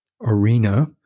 Arena